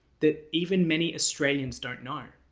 that even many australians don't know.